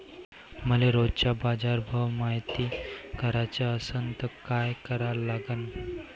मले रोजचा बाजारभव मायती कराचा असन त काय करा लागन?